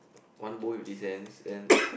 one bowl fifty cents then